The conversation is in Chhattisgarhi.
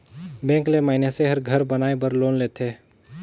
बेंक ले मइनसे हर घर बनाए बर लोन लेथे